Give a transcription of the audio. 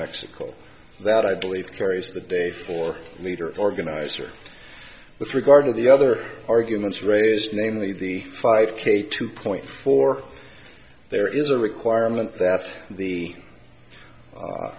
mexico that i believe carries the day for leader organizer with regard to the other arguments raised namely the five k two point four there is a requirement that the a